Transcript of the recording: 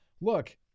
Look